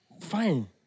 Fine